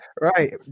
Right